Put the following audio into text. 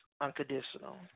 unconditional